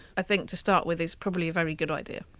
i think to start with is probably a very good idea.